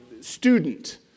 student